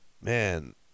Man